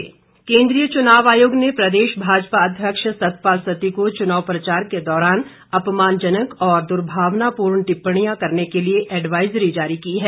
advisory केन्द्रीय चुनाव आयोग ने प्रदेश भाजपा अध्यक्ष सतपाल सत्ती को चुनाव प्रचार के दौरान अपमानजनक और दुर्भावनापूर्ण टिप्पणियां करने के लिए एडवाइज़री जारी की है